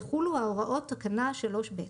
יחולו ההוראות תקנה 3(ב).